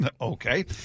Okay